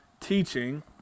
teaching